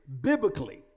biblically